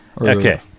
Okay